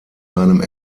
seinem